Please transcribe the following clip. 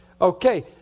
Okay